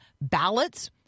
ballots